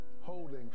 holding